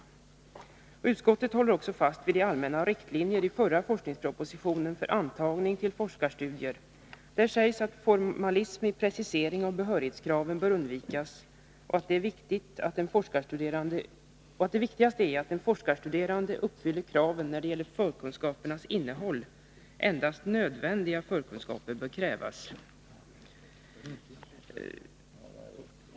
Utskottsmajoriteten håller också fast vid de allmänna riktlinjerna i förra forskningspropositionen för antagning till forskarstudier. Där sägs att formalism vid precisering av behörighetskraven bör undvikas och att det viktigaste är att den forskarstuderande uppfyller kraven när det gäller förkunskapernas innehåll. Endast nödvändiga förkunskaper bör krävas.